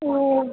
ओ